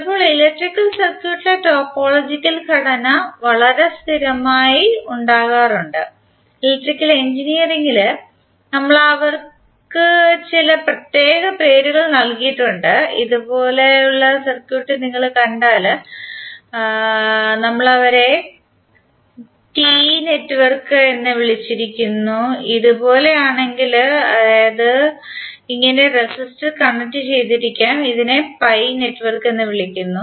ചിലപ്പോൾ ഇലക്ട്രിക്കൽ സർക്യൂട്ടിലെ ടോപ്പോളജിക്കൽ ഘടന വളരെ സ്ഥിരമായി ഉണ്ടാകാറുണ്ട് ഇലക്ട്രിക്കൽ എഞ്ചിനീയറിംഗിൽ നമ്മൾ അവർക്ക് ചില പ്രത്യേക പേരുകൾ നൽകിയിട്ടുണ്ട് ഇതുപോലുള്ള സർക്യൂട്ട് നിങ്ങൾ കണ്ടാൽ ഞങ്ങൾ അവരെ ടി നെറ്റ്വർക്ക് എന്ന് വിളിച്ചിരുന്നു ഇതുപോലെയാണെങ്കിൽ അതായത് ഇങ്ങനെ റെസിസ്റ്റർ കണക്റ്റുചെയ്തിരിക്കാം ഇതിനെ പൈ നെറ്റ്വർക്ക് എന്ന് വിളിക്കുന്നു